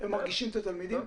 הם מרגישים את התלמידים.